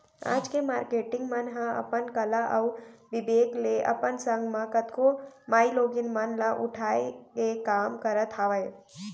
आज के मारकेटिंग मन ह अपन कला अउ बिबेक ले अपन संग म कतको माईलोगिन मन ल उठाय के काम करत हावय